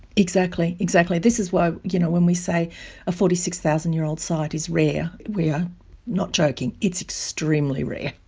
exactly, exactly, this is why you know when we say a forty six thousand year old site is rare, we are not joking, it's extremely rare.